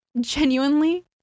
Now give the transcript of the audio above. genuinely